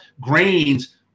grains